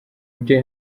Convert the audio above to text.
byo